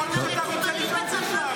--- שאתם --- יכול להיות שאתה רוצה לשאוף לשם,